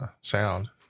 sound